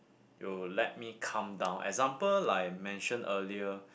will let me calm down example like I mention earlier